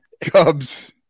Cubs